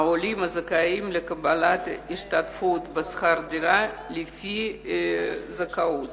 העולים זכאים לקבלת השתתפות בשכר דירה לפי זכאות.